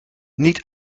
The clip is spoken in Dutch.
niet